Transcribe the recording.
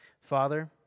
Father